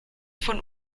von